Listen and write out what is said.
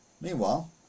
Meanwhile